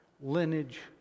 lineage